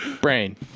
Brain